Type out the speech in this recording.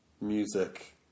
music